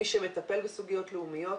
מי שמטפל בסוגיות לאומיות